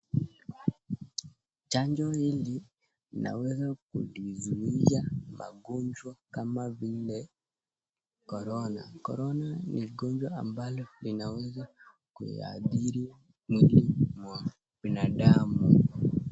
Chanjo hili linaweza kuzuia magonjwa kama vile, korona. Korona ni ugonjwa ambalo linaweza kuathiri mwili mwa binadamu.